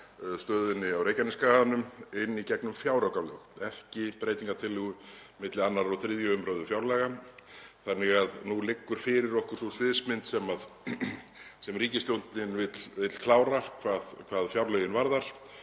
stöðunni á Reykjanesskaganum inn í gegnum fjáraukalög, ekki breytingartillögu milli 2. og 3. umræðu fjárlaga, þannig að nú liggur fyrir okkur sú sviðsmynd sem ríkisstjórnin vill klára hvað fjárlögin varðar